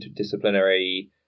interdisciplinary